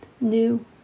new